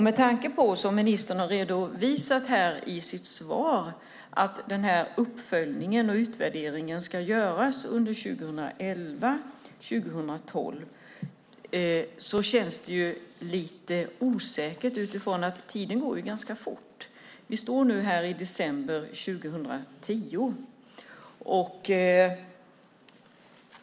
Med tanke på att ministern i sitt svar redovisar att uppföljningen och utvärderingen ska göras under 2011-2012 känns det lite osäkert. Tiden går ju ganska fort. Det är nu december 2010.